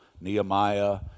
Nehemiah